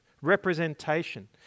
representation